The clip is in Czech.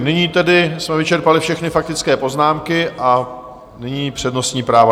Nyní tedy jsme vyčerpali všechny faktické poznámky a nyní přednostní práva.